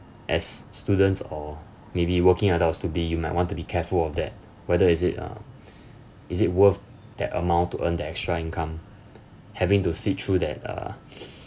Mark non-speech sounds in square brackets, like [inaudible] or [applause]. as students or maybe working adults to be you might want to be careful of that whether is it uh [breath] is it worth that amount to earn the extra income having to sit through that uh [breath]